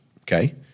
okay